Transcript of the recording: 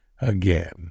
again